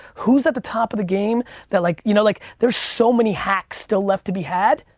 who's at the top of the game that like you know like, there's so many hacks still left to be had.